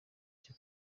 cyo